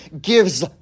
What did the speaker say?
gives